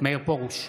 מאיר פרוש,